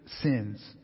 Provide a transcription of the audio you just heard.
sins